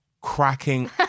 cracking